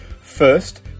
First